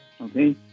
Okay